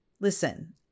Listen